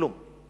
כלום.